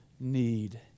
need